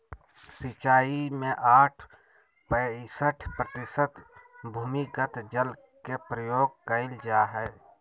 सिंचाई में साठ पईंसठ प्रतिशत भूमिगत जल के प्रयोग कइल जाय हइ